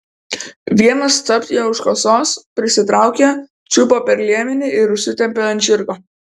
vienas capt ją už kasos prisitraukė čiupo per liemenį ir užsitempė ant žirgo